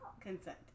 consent